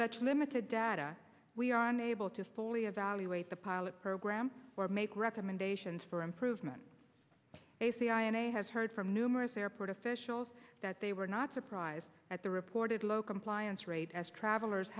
such limited data we are unable to fully evaluate the pilot program or make recommendations for improvement a cia has heard from numerous airport officials that they were not surprised at the reported low compliance rate as travelers